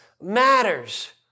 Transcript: matters